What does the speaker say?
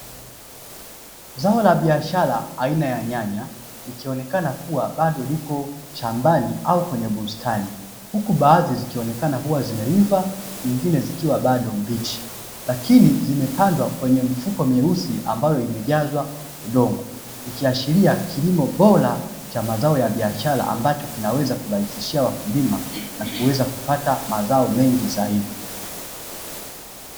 Zao la biashara aina ya nyanya ikionekana kuwa bado lipo shambani au kwenye bustani huku baadhi zikioneka kuwa zimeiva na nyingine zikiwa bado mbichi, lakini zimepandwa kwenye mifuko myeusi ambayo imejazwa udongo ikiashiria kilimo bora cha mazao ya biashara, ambacho kinaweza kurahisishia wakulima na kuweza kupata mazao mengi zaidi.